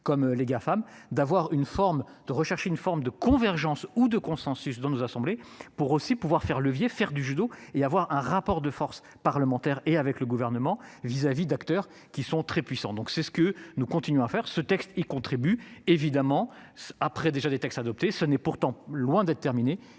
forme de rechercher une forme de convergence ou de consensus dont nos assemblées pour aussi pouvoir faire levier faire du judo et avoir un rapport de force parlementaire et avec le gouvernement vis-à-vis d'acteurs qui sont très puissant donc c'est ce que nous continuons à faire ce texte il contribue évidemment après déjà des textes adoptés, ce n'est pourtant loin d'être terminée